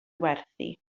werthu